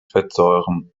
fettsäuren